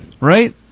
Right